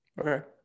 Okay